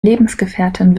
lebensgefährtin